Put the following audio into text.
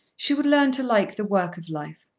she would learn to like the work of life.